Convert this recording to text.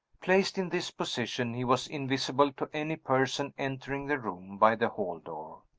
placed in this position, he was invisible to any person entering the room by the hall door.